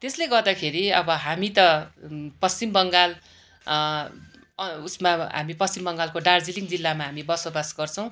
त्यस्ले गर्दाखेरि अब हामी त पश्चिम बङ्गाल उसमा हामी पश्चिम बङ्गालको दार्जिलिङ जिल्ला हामी बसोबास गर्छौँ